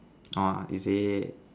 orh is it